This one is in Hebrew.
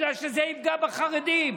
כי זה יפגע בחרדים.